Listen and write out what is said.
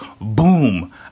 boom